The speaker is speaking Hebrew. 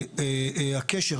הקשר,